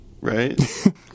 right